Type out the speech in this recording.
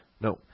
No